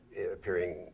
appearing